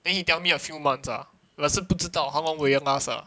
then he tell me a few months ah 我也是不知道 how long will it last ah